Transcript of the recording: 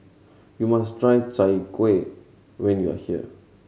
you must try Chai Kueh when you are here